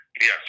Yes